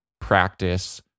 practice